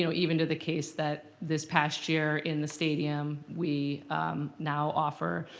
you know even to the case that this past year in the stadium we now offer